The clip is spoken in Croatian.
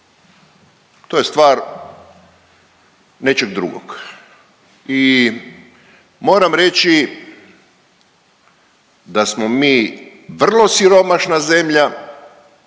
To je stvar nečeg drugog i moram reći da smo mi vrlo siromašna zemlja